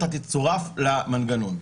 אתה תצורף למנגנון.